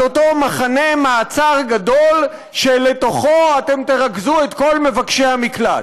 אותו מחנה מעצר גדול שבתוכו אתם תרכזו את כל מבקשי המקלט.